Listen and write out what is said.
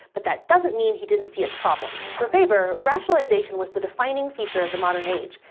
but that doesn't mean he didn't see its problems. for weber, rationalization was the defining feature of the modern age,